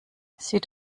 sieht